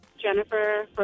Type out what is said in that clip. Jennifer